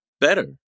better